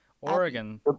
Oregon